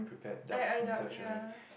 I I doubt ya